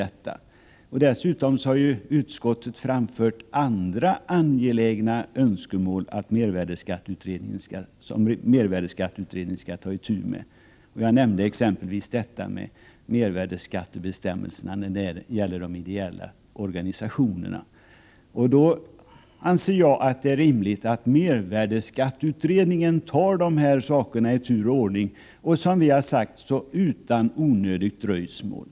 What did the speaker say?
Dessutom har ju utskottet framfört andra önskemål om vad det är angeläget att mervärdeskatteutred ningen skall ta itu med — jag nämnde exempelvis mervärdeskattebestämmelserna när det gäller de ideella organisationerna. Därför anser jag att det är rimligt att mervärdeskatteutredningen tar de här sakerna i tur och ordning och, som vi har sagt, utan onödigt dröjsmål.